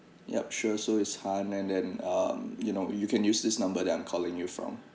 yup sure so it's han and then um you know you can use this number that I'm calling you from